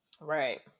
Right